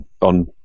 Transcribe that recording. on